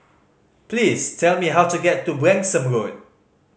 please tell me how to get to Branksome Road